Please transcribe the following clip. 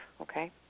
okay